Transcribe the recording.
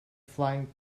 flying